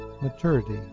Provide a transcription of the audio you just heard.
maturity